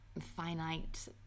finite